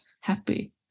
happy